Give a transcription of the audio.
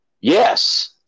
Yes